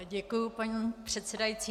Děkuji, paní předsedající.